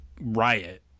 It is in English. riot